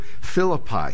Philippi